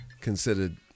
considered